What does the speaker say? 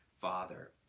father